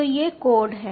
तो ये कोड हैं